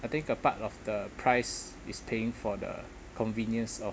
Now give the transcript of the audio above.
I think a part of the price is paying for the convenience of